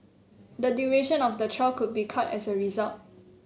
the duration of the trial could be cut as a result